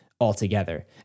altogether